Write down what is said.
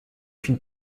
qu’une